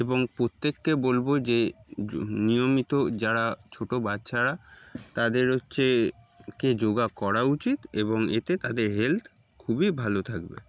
এবং প্রত্যেককে বলবো যে নিয়মিত যারা ছোটো বাচ্চারা তাদের হচ্ছে কে যোগা করা উচিত এবং এতে তাদের হেলথ খুবই ভালো থাকবে